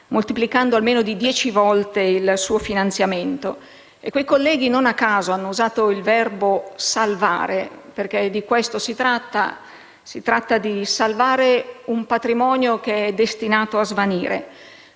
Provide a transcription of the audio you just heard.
moltiplicando almeno di dieci volte il suo finanziamento. Quei colleghi non a caso hanno usato il verbo «salvare» perché di questo si tratta: si tratta di salvare un patrimonio che è destinato a svanire.